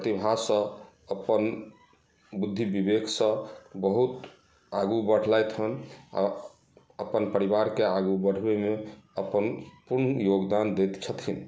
प्रतिभासँ अपन बुद्धि विवेकसँ बहुत आगू बढ़लथि हन आ अपन परिवारके आगू बढ़बैमे अपन पूर्ण योगदान देइत छथिन